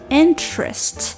interest